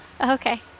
Okay